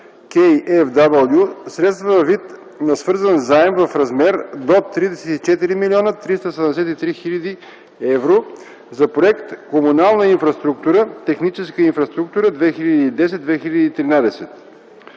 (КfW) средства във вид на свързан заем в размер до 34 млн. 373 хил. евро за Проект „Комунална инфраструктура – Техническа инфраструктура 2010-2013”.